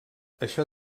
això